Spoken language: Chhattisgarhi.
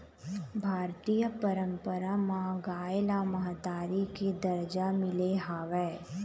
भारतीय पंरपरा म गाय ल महतारी के दरजा मिले हवय